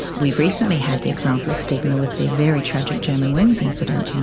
we've recently had the example of stigma with the very tragic germanwings incident, you know